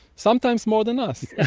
sometimes more than us.